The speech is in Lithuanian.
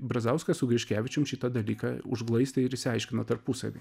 brazauskas su griškevičium šitą dalyką užglaistė ir išsiaiškino tarpusavy